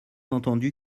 entendu